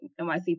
NYC